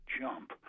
jump